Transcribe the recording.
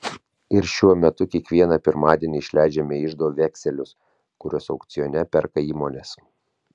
ir šiuo metu kiekvieną pirmadienį išleidžiame iždo vekselius kuriuos aukcione perka įmonės